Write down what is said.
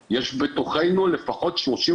י' בטבת תשפ"ב,